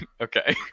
okay